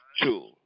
two